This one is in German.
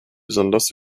besonders